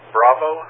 Bravo